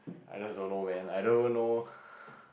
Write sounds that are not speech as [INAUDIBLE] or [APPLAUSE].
I just don't know man I don't even know [NOISE]